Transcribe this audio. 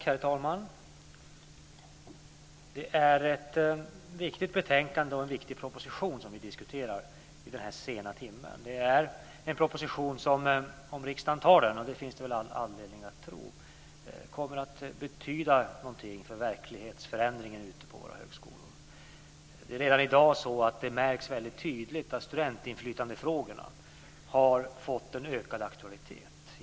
Herr talman! Det är ett viktigt betänkande och en viktig proposition som vi diskuterar i den här sena timmen. Det är en proposition som kommer att betyda någonting för verklighetsförändringen ute på våra högskolor om riksdagen antar den, och det finns det väl all anledning att tro. Det märks redan i dag väldigt tydligt att frågorna om studentinflytande har fått en ökad aktualitet.